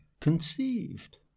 conceived